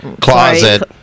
Closet